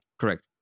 correct